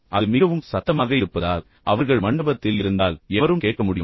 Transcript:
அது மிகவும் சத்தமாக இருப்பதால் அவர்கள் மண்டபத்தில் இருந்தால் எவரும் கேட்க முடியும்